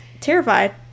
Terrified